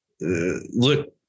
look